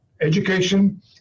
education